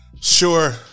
Sure